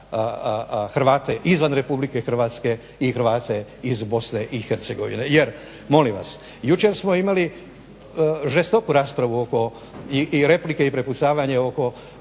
Hrvate izvan Republike Hrvatske i Hrvate iz BiH. Jer molim vas, jučer smo imali žestoku raspravu i replike i prepucavanje oko